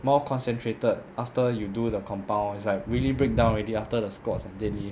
more concentrated after you do the compound is like really breakdown already after the squats and deadlift